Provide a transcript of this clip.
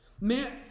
Man